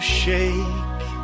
shake